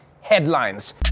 headlines